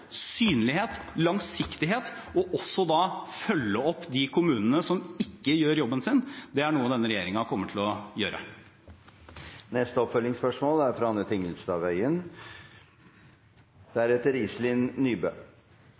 synlighet og langsiktighet og også følge opp de kommunene som ikke gjør jobben sin, er noe denne regjeringen kommer til å gjøre. Anne Tingelstad Wøien – til oppfølgingsspørsmål. Jeg hører at statsråden er